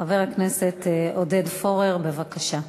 חבר הכנסת עודד פורר, בבקשה.